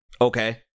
Okay